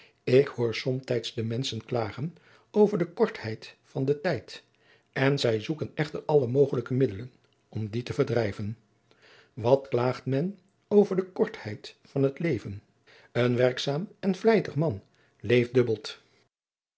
ik hoor somtijds de menschen klagen over de kortheid van den tijd en zij zoeken echter alle mogelijke middelen om dien te verdrijven wat klaagt men over de kortheid van het leven een werkzaam en vlijtig man leeft dubbeld